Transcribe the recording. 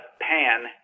Pan